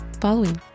following